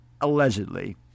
Allegedly